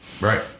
Right